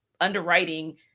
underwriting